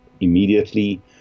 immediately